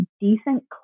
decent